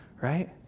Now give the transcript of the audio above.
right